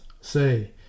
Say